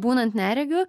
būnant neregių